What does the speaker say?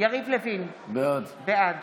יריב לוין, בעד